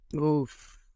Oof